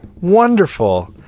Wonderful